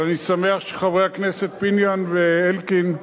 אבל אני שמח שחברי הכנסת פיניאן ואלקין,